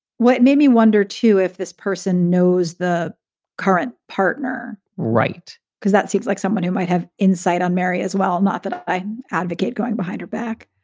what made me wonder, too, if this person knows the current partner. right. because that seems like somebody who might have insight on mary as well not that i advocate going behind her back.